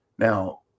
Now